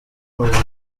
ubujiji